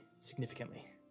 significantly